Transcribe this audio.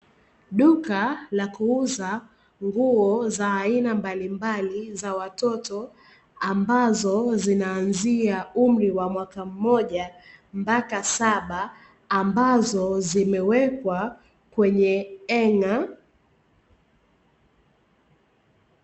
Duka la kuuza nguo za aina mbalimbali za watoto, ambazo zinaanzia umri wa mwaka mmoja mpaka saba, ambazo zimewekwa kwenye henga.